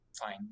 fine